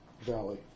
valley